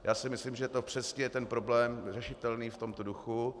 Já si myslím, že je to přesně ten problém řešitelný v tomto duchu.